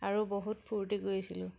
আৰু বহুত ফূৰ্তি কৰিছিলোঁ